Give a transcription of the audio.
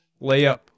Layup